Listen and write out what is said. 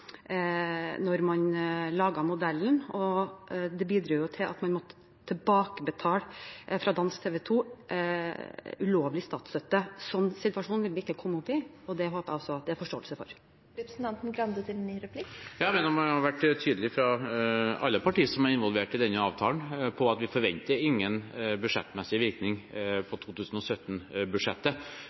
modellen. Det bidro til at dansk TV 2 måtte tilbakebetale ulovlig statsstøtte. En sånn situasjon vil vi ikke komme opp i, det håper jeg også at det er forståelse for. Jeg mener at man fra alle partier som har vært involvert i denne avtalen, har vært tydelig på at vi forventer ingen budsjettmessig virkning på